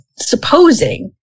supposing